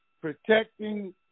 Protecting